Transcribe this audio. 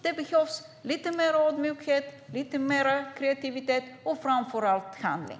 Det behövs lite mer ödmjukhet, lite mer kreativitet och framför allt handling.